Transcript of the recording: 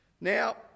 Now